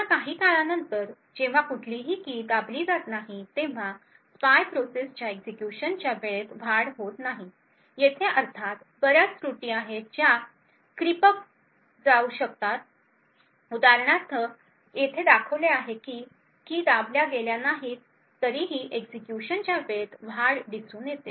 पुन्हा काही काळानंतर जेव्हा कुठलीही की दाबली जात नाही तेव्हा स्पाय प्रोसेसच्या एक्झिक्युशनच्या वेळेत वाढ होत नाही येथे अर्थात बऱ्याच त्रुटी आहेत ज्या रेंगाळल्या जाऊ शकतात उदाहरणार्थ इथे जे दाखवले आहे की की दाबल्या गेल्या नाहीत तरीही एक्झिक्युशन च्या वेळेत वाढ दिसून येते